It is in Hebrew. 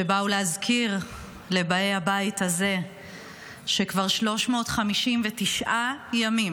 שבאו להזכיר לבאי הבית הזה שכבר 359 ימים